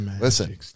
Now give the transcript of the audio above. Listen